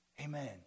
Amen